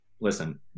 listen